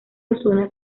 osuna